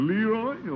Leroy